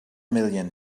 million